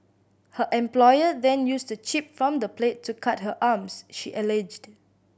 her employer then used a chip from the plate to cut her arms she alleged